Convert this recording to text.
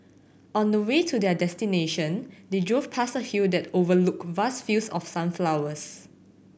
on the way to their destination they drove past a hill that overlooked vast fields of sunflowers